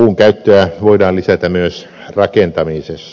puun käyttöä voidaan lisätä myös rakentamisessa